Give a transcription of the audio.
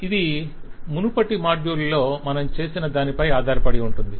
ఇది మునుపటి మాడ్యూల్లో మనము చేసిన దానిపై ఆధారపడి ఉంటుంది